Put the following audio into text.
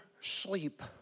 sleep